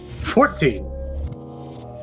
Fourteen